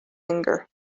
anger